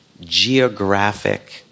geographic